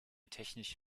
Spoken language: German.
technisch